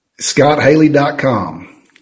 ScottHaley.com